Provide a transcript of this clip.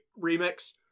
remix